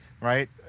right